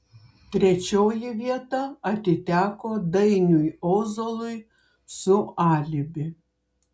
trečioji vieta atiteko dainiui ozolui su alibi